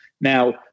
Now